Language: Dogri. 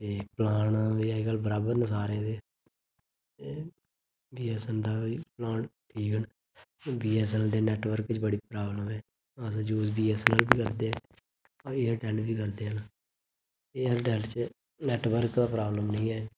एह् प्लान बी अजकल बराबर न सारें दे बीऐस्सऐन्नऐल्ल दे बी प्लान ठीक न बीऐस्सऐन्नऐल्ल दे नैट्टवर्क च बडी प्राब्लम ऐ अस यूज बीऐस्सऐन्नऐल्ल बी करदे ते एयरटैल्ल बी करदे न एयरटैल्ल च नैट्टवर्क दी प्राब्लम निं ऐ